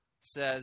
says